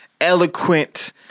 eloquent